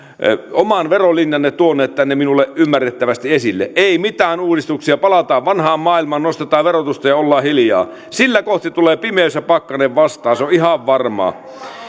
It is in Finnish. oman verolinjanne tuonut tänne minulle ymmärrettävästi esille ei mitään uudistuksia palataan vanhaan maailmaan nostetaan verotusta ja ollaan hiljaa sillä kohti tulee pimeys ja pakkanen vastaan se on ihan varmaa